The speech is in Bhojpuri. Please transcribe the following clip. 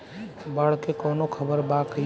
बाढ़ के कवनों खबर बा की?